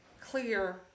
clear